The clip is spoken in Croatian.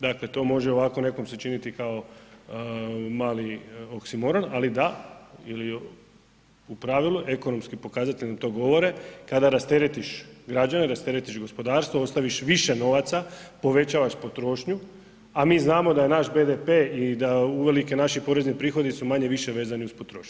Dakle, to može ovako nekom se činiti kao mali oksimoron, ali da ili u pravilu ekonomski pokazatelji nam to govore, kada rasteretiš građane, rasteretih gospodarstvo, ostaviš više novaca, povećavaš potrošnju, a mi znamo da je naš BDP i da uvelike naši porezni prihodi su manje-više vezani uz potrošnju.